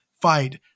fight